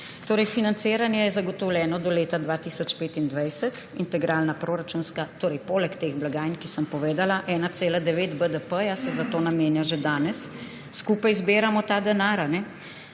Torej financiranje je zagotovljeno do leta 2025, integralna proračunska, torej poleg teh blagajn, kot sem povedala, se 1,9 BDP za to namenja že danes. Skupaj zbiramo ta denar, ko